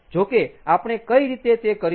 જો કે આપણે કઈ રીતે તે કરીશું